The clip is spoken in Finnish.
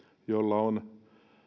joilla on